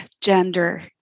gender